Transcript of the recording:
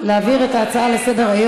נעביר את זה לוועדת הכנסת,